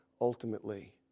ultimately